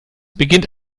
beginnt